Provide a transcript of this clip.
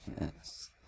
Yes